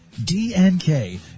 DNK